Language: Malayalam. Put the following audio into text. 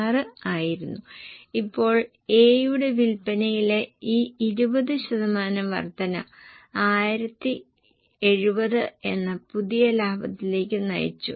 42 എന്നത് ഒരു വേരിയബിൾ വിൽപനച്ചെലവായിരുന്നു കൂടുതൽ വ്യക്തതയ്ക്കായി ഞാൻ ഇത് ഇവിടെ വ്യക്തമാക്കുന്നു